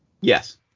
Yes